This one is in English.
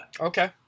Okay